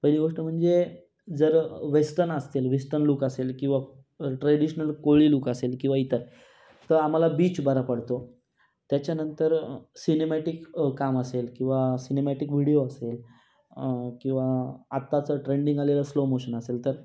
पहिली गोष्ट म्हणजे जर वेस्टन असतील वेस्टन लुक असेल किंवा ट्रॅडिशनल कोळी लुक असेल किंवा इतर तर आम्हाला बीच बरा पडतो त्याच्यानंतर सिनेमॅटिक काम असेल किंवा सिनेमॅटीक व्हिडिओ असेल किंवा आत्ताचं ट्रेंडिंग आलेलं स्लो मोशन असेल तर